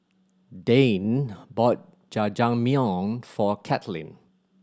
Dayne bought Jajangmyeon for Katlyn